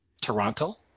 Toronto